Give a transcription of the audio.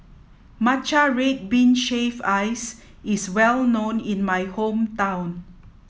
Matcha Red Bean Shaved Ice is well known in my hometown